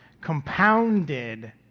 compounded